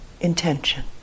intention